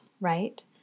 right